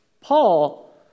Paul